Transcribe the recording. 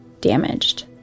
damaged